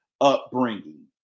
upbringing